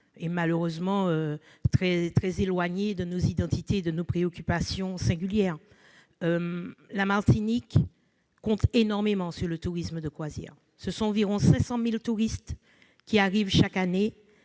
et, malheureusement, très éloignée de nos identités et de nos préoccupations singulières. La Martinique compte énormément sur le tourisme de croisière. Environ 500 000 touristes nous visitent ainsi chaque année,